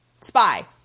spy